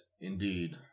Indeed